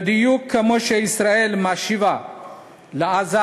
בדיוק כמו שישראל משיבה לעזה